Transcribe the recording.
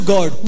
God